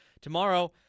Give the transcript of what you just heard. Tomorrow